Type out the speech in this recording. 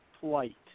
flight